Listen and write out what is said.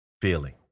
feeling